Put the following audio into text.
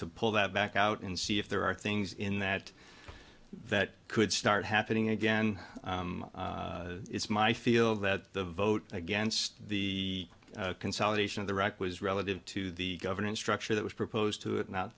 to pull that back out and see if there are things in that that could start happening again it's my feel that the vote against the consolidation of the wreck was relative to the governance structure that was proposed to it